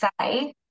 say